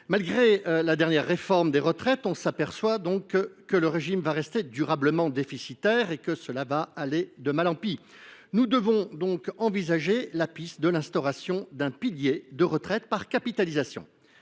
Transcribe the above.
Malgré la dernière réforme des retraites, nous nous apercevons que le régime va rester durablement déficitaire et que cela ira de mal en pis. Nous devons donc envisager la piste de l’instauration d’un pilier de retraite par capitalisation.